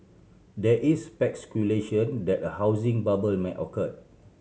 there is speculation that a housing bubble may occur